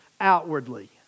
outwardly